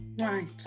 right